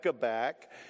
back